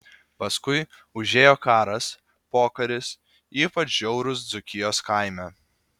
paskui užėjo karas pokaris ypač žiaurūs dzūkijos kaime